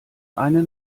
eine